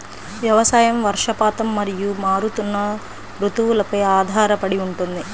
వ్యవసాయం వర్షపాతం మరియు మారుతున్న రుతువులపై ఆధారపడి ఉంటుంది